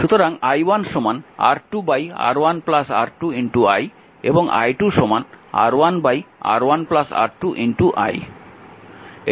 সুতরাং i1 R2 R1 R2 i এবং i2 R1 R1 R2 i